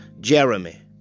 Jeremy